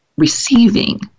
receiving